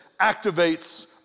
activates